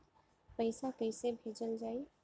पैसा कैसे भेजल जाइ?